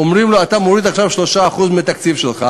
אומרים לו: אתה מוריד עכשיו 3% מהתקציב שלך.